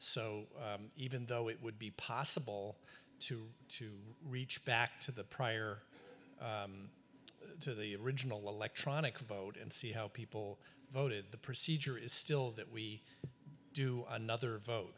so even though it would be possible to to reach back to the prior to the original electronic vote and see how people voted the procedure is still that we do another vote